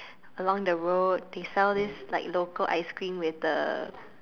along the road they sell this like local ice-cream with the